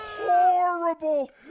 Horrible